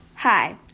Hi